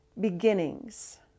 beginnings